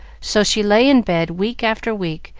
so she lay in bed week after week,